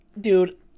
dude